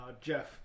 Jeff